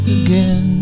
again